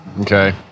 Okay